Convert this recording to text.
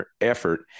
effort